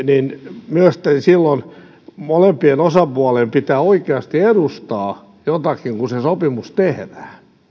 niin silloin molempien osapuolien myös pitää oikeasti edustaa jotakin kun se sopimus tehdään